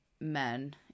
men